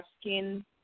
asking